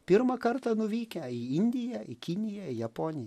pirmą kartą nuvykę į indiją į kiniją į japoniją